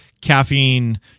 caffeine